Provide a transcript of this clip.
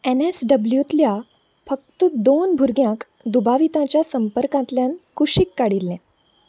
N S डब्ल्यूंतल्या फक्त दोन भुरग्यांक दुबावितांच्या संपर्कांतल्यान कुशीक काडिल्लें